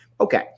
Okay